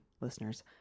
listeners